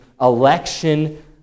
election